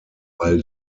while